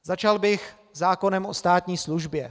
Začal bych zákonem o státní službě.